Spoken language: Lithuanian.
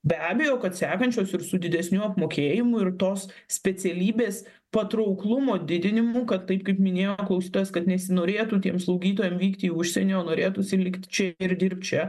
be abejo kad sekančios ir su didesniu apmokėjimu ir tos specialybės patrauklumo didinimu kad tai kaip minėjo klausytojas kad nesinorėtų tiem slaugytojam vykti į užsienį o norėtųsi likt čia ir dirbt čia